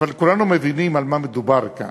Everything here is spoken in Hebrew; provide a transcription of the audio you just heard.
אבל כולנו מבינים על מה מדובר כאן.